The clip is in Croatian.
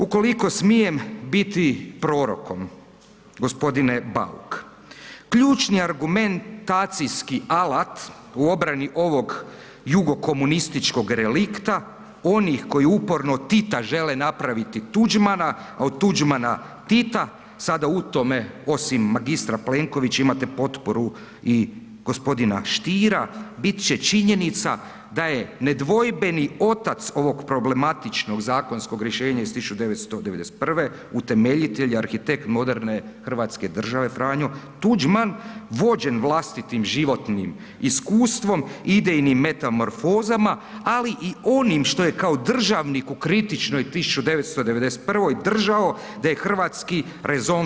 Ukoliko smijem biti prorokom gospodine Bauk, ključni argumentacijski alat u obrani ovog jugo komunističkog relikta onih koji uporno od Tita žele napraviti Tuđmana, a od Tuđmana Tita sada u tome osim magistra Plenkovića imate potporu i gospodina Stiera bit će činjenica da je nedvojbeni otac ovog problematičnog zakonskog rješenja iz 1991. utemeljitelj i arhitekt moderne Hrvatske države Franjo Tuđman vođen vlastitim životnim iskustvom, idejnim metamorfozama ali i onim što je kao državniku kritično i 1991. držao da je hrvatski rezon